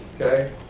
okay